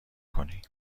کنی